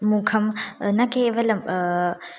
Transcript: मुखं न केवलं